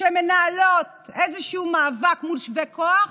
שהן מנהלות איזשהו מאבק מול שווה כוח,